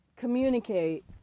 communicate